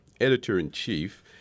editor-in-chief